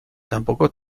tampoco